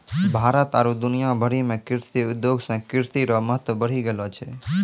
भारत आरु दुनिया भरि मे कृषि उद्योग से कृषि रो महत्व बढ़ी गेलो छै